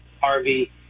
Harvey